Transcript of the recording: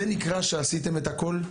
זה נקרא שעשיתם את הכל?